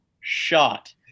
shot